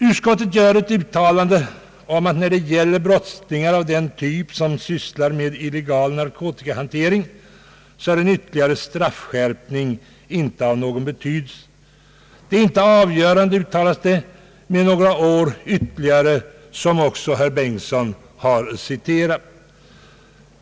Utskottet gör ett uttalande om att när det gäller brottslingar av den typ som sysslar med illegal narkotikahantering är en ytterligare straffskärpning inte av någon betydelse. Det är inte avgörande, säger man, med några år ytterligare. Detta har också citerats av herr Bengtson.